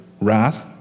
wrath